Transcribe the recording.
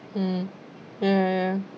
mm ya ya